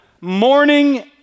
morning